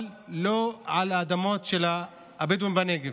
אבל לא על האדמות של הבדואים בנגב.